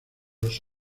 los